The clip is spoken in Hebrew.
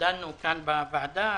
דנו כאן בוועדה